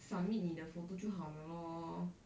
submit 你的 photo 就好了 lor